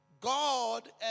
God